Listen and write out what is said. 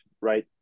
right